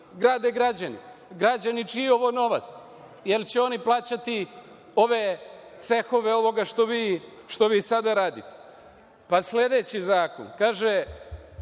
grade građani, građani čiji je ovo novac, jer će oni plaćati ove cehove ovoga što vi sada radite. Sledeći zakon je